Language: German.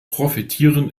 profitieren